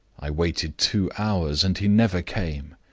i waited two hours, and he never came.